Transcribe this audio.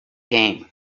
game